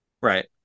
Right